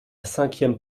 cinquième